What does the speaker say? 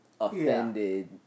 offended